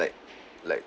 like like